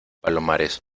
palomares